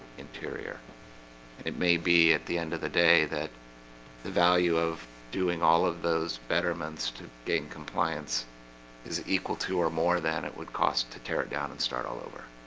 interior it may be at the end of the day that the value of doing all of those betterments to gain compliance is equal to or more than it would cost to tear it down and start all over